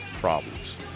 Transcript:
problems